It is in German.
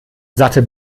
satte